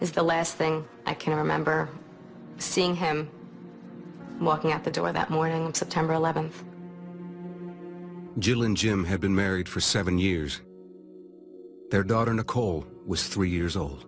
is the last thing i can remember seeing him walking out the door that morning september eleventh julian jim had been married for seven years their daughter nicole was three years old